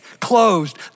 closed